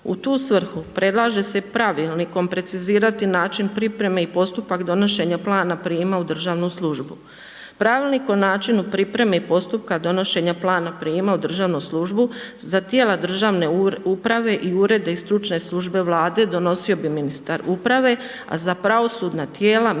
U tu svrhu predlaže se pravilnikom precizirati način pripreme i postupak donošenje plana prijama u državnu službu. Pravilnik o načinu pripreme i postupka donošenje plana prijama u državnu službu, za tijela državne uprave i urede i stručne službe vlade, donosio bi ministar uprave, a za pravosudna tijela ministar